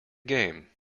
game